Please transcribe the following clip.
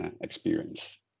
experience